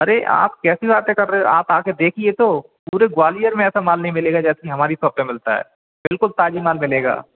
अरे आप कैसी बातें कर रहे हो आप आकर देखिए तो पूरे ग्वालियर में ऐसा माल नहीं मिलेगा जैसा हमारे शॉप पर मिलता है बिल्कुल ताज़ा माल मिलेगा